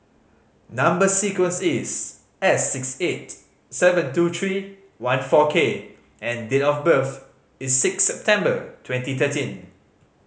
number sequence is S six eight seven two three one four K and date of birth is six September twenty thirteen